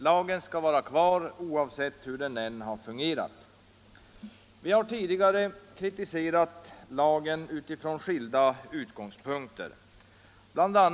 Lagen skall vara kvar oavsett hur den har fungerat. Vi har tidigare kritiserat lagen från skilda utgångspunkter. Bl.